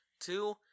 Two